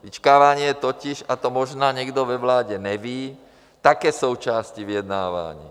Vyčkávání je totiž, a to možná někdo ve vládě neví, také součástí vyjednávání.